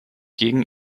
gegen